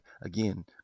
again